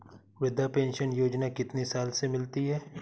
वृद्धा पेंशन योजना कितनी साल से मिलती है?